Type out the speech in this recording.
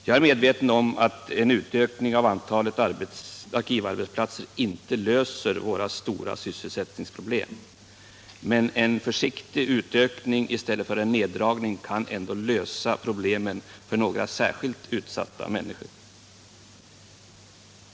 Jag är medveten om att en utökning av antalet arkivarbetsplatser inte löser våra stora sysselsättningsproblem, men en försiktig utökning i stället för en neddragning kan ändå lösa problemen för några särskilt utsatta människor.